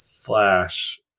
flash